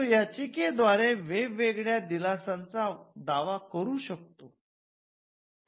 तो याचिकेद्वारे वेगवेगळ्या दिलासांचा दावा करू शकतो